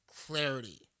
clarity